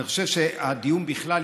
אני חושב שהדיון בכלל,